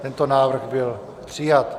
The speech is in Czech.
Tento návrh byl přijat.